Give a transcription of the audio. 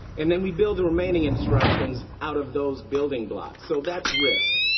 and then we build the remaining instructions out of those building blocks. so that's risc.